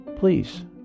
Please